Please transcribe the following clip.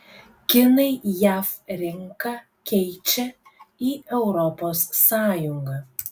kinai jav rinką keičia į europos sąjungą